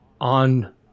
on